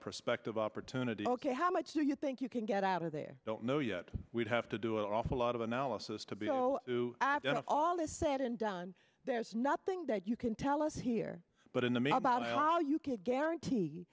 prospective opportunities ok how much do you think you can get out of there don't know yet we'd have to do an awful lot of analysis to be able to all this said and done there's nothing that you can tell us here but in the make about all you can guarantee